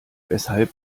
weshalb